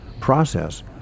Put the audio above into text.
process